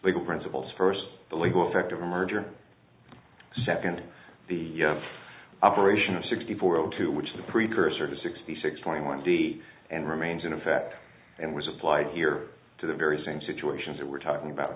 legal principles first the legal effect of a merger second the operation of sixty four o two which is the precursor to sixty six twenty one d and remains in effect and was applied here to the very same situation that we're talking about